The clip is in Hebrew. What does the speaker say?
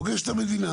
פוגש את המדינה.